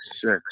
six